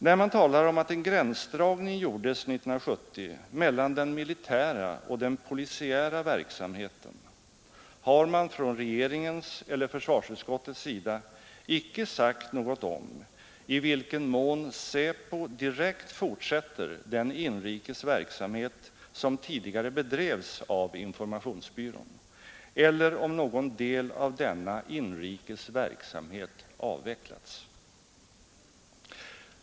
När man talar om att en gränsdragning gjordes 1970 mellan den militära och den polisiära verksamheten har man från regeringens eller försvarsutskottets sida icke sagt något om i vilken mån SÄPO direkt fortsätter den inrikes verksamhet som tidigare bedrevs av informationsbyrån eller om någon del av denna inrikes verksamhet avvecklats.